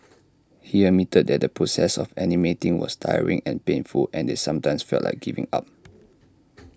he admitted that the process of animating was tiring and painful and they sometimes felt like giving up